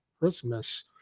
christmas